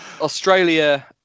Australia